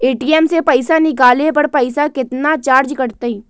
ATM से पईसा निकाले पर पईसा केतना चार्ज कटतई?